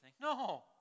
No